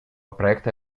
проекта